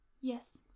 Yes